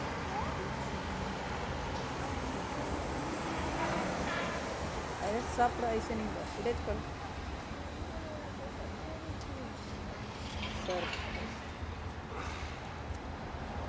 दूध से बने वाला उत्पादित के बहुत प्रसिद्ध कंपनी अमूल दूध हई